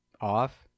off